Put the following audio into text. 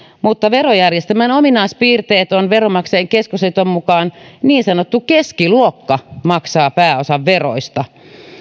mutta verojärjestelmän ominaispiirteisiin kuuluu veronmaksajain keskusliiton mukaan se että niin sanottu keskiluokka maksaa pääosan veroista